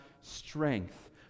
strength